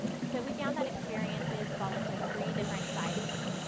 so we found that experiences fall into three different sizes.